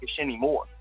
anymore